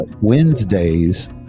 Wednesdays